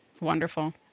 Wonderful